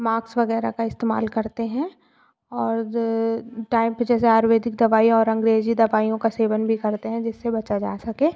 माक्स वग़ैरह का इस्तेमाल करते हैं और टाइम पर जैसे आयुर्वेदिक दवाइयाँ और अंग्रेज़ी दबाइयों का सेवन भी करते हैं जिससे बचा जा सके